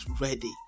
ready